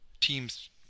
teams